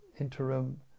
interim